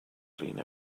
clean